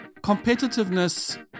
Competitiveness